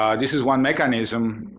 um this is one mechanism